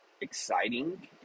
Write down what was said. exciting